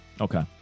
Okay